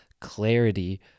clarity